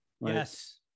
Yes